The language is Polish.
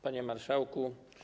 Panie Marszałku!